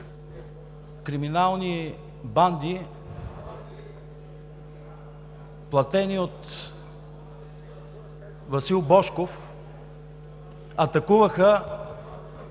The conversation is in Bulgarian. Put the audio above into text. криминални банди, платени от Васил Божков, атакуваха